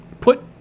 Put